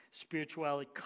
spirituality